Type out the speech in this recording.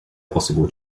possible